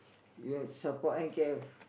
you want support N_K_F